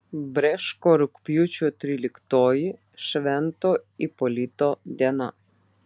brėško rugpjūčio tryliktoji švento ipolito diena